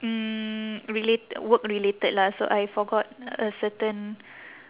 hmm relat~ work-related lah so I forgot a certain